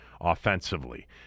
Offensively